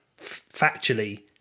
factually